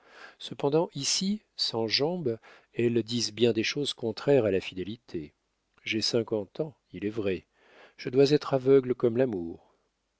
cependant ici sans jambes elles disent bien des choses contraires à la fidélité j'ai cinquante ans il est vrai je dois être aveugle comme l'amour